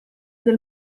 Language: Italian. del